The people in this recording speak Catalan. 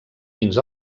fins